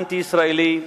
אנטי-ישראלי,